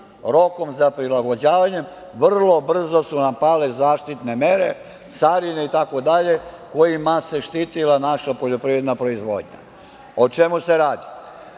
rokom za prilagođavanjem. Vrlo brzo su nam pale zaštitne mere, carine itd. kojima se štitila naša poljoprivredna proizvodnja.O čemu se radi?